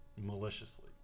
maliciously